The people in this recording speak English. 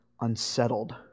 unsettled